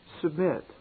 submit